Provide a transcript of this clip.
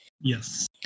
Yes